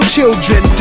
children